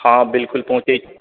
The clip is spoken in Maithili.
हँ बिलकुल पहुँचै